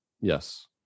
Yes